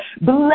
Bless